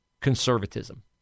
conservatism